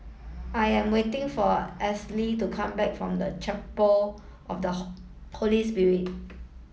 I am waiting for to come back from the Chapel of the Holy Spirit